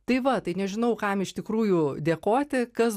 tai va tai nežinau kam iš tikrųjų dėkoti kas